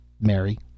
Mary